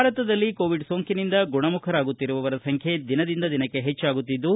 ಭಾರತದಲ್ಲಿ ಕೋವಿಡ್ ಸೋಂಕಿನಿಂದ ಗುಣಮುಖರಾಗುತ್ತಿರುವವರ ಸಂಖ್ಯೆ ದಿನದಿಂದ ದಿನಕ್ಕೆ ಹೆಚ್ಚಾಗುತ್ತಿದ್ದು